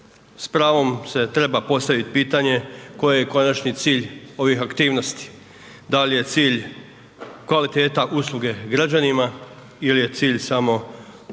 pravom se treba postaviti pitanje, koji je konačni cilj ovih aktivnosti. Da li je cilj kvaliteta usluge građanima ili je cilj samo politički